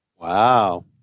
Wow